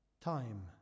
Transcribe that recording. time